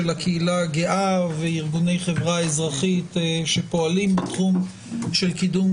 של הקהילה הגאה וארגוני החברה האזרחית שפועלים בתחום קידום